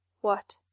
What